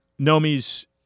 Nomi's